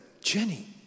Jenny